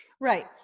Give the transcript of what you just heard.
Right